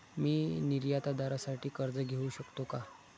मी निर्यातदारासाठी कर्ज घेऊ शकतो का?